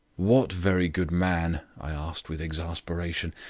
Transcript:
what very good man? i asked with exasperation.